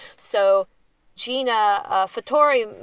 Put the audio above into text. so gina fitri,